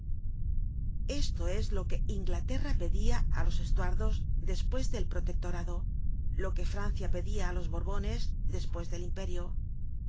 esto es lo que inglaterra pedia á los estuardos despues del protectorado lo que francia pedia á los borbones despues del imperio